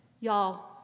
Y'all